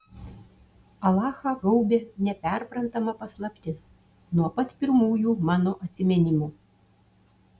alachą gaubė neperprantama paslaptis nuo pat pirmųjų mano atsiminimų